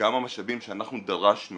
גם המשאבים שאנחנו דרשנו